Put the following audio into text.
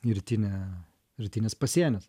rytinė rytinis pasienis